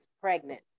pregnant